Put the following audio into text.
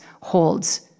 holds